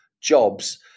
jobs